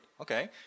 Okay